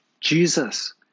Jesus